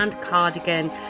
Cardigan